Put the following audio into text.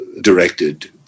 directed